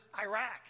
Iraq